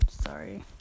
Sorry